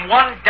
one